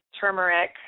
turmeric